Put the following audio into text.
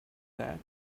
that